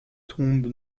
tombe